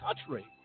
country